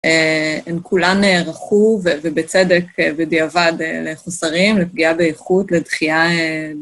הן כולן נערכו ובצדק בדיעבד לחוסרים, לפגיעה באיכות, לדחייה.